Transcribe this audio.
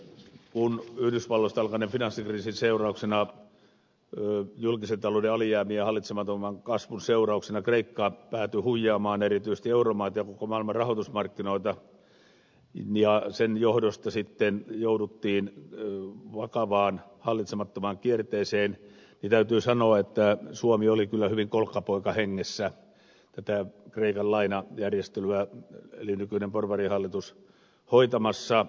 kun yhdysvalloista alkaneen finanssikriisin seurauksena ja julkisen talouden alijäämien hallitsemattoman kasvun seurauksena kreikka päätyi huijaamaan erityisesti euromaita ja koko maailman rahoitusmarkkinoita ja sen johdosta sitten jouduttiin vakavaan hallitsemattomaan kierteeseen niin täytyy sanoa että suomi eli nykyinen porvarihallitus oli kyllä hyvin kolkkapoika hengessä tätä kreikan lainajärjestelyä hoitamassa